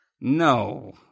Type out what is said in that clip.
No